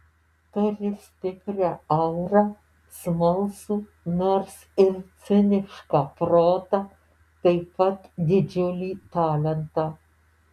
turi stiprią aurą smalsų nors ir cinišką protą taip pat didžiulį talentą